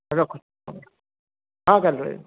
ରଖୁଛି ହଁ କାଲି ରହିବି